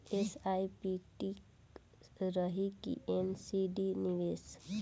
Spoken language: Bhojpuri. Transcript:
एस.आई.पी ठीक रही कि एन.सी.डी निवेश?